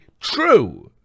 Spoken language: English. true